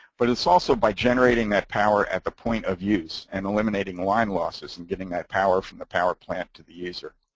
but it's also by generating that power at the point of use and eliminating line losses and giving that power from the power plant to the user.